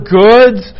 goods